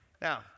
Now